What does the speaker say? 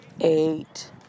eight